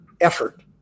effort